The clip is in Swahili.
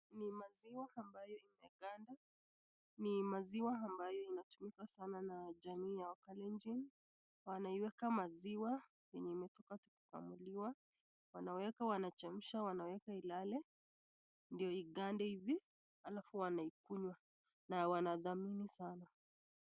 Ni maziwa ambayo imeganda, ni maziwa ambayo inatumika sana na wakalenjin, wanaiwela maziwa yenye imetola tu kukamuliwa, wanaweka wanachemsha ilale, ndio igande hivi, alafu wanaikunywa, na wana idhamini sana.